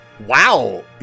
Wow